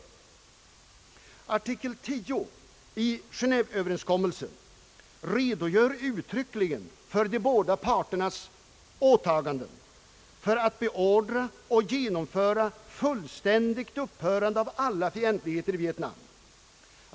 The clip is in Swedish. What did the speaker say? Artikel 10 i överenskommelsen redogör uttryckligen för de båda parternas åtaganden för att beordra och genomföra fullständigt upphörande av alla fientligheter i Vietnam.